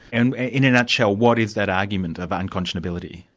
and in a nutshell, what is that argument of unconscionability.